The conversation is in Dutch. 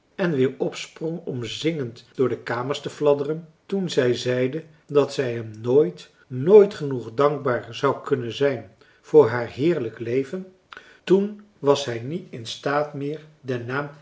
en weer opsprong om zingend door de kamers te fladderen toen zij zeide dat zij hem nooit nooit genoeg dankbaar zou kunnen zijn voor haar heerlijk leven toen was hij niet in staat meer